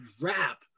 rap